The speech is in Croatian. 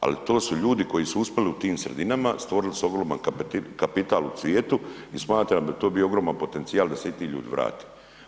Ali to su ljudi koji su uspjeli u tim sredinama, stvorili su ogroman kapital u svijetu i smatram da bi to bio ogroman potencijal da se i ti ljudi vrate.